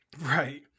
Right